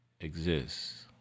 exists